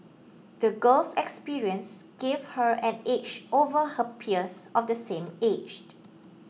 the girl's experiences gave her an edge over her peers of the same aged